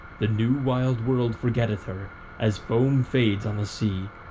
the new wild world forgetteth her as foam fades on the sea,